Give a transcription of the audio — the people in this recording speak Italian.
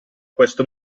questo